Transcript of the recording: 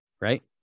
right